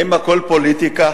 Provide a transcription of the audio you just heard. האם הכול פוליטיקה?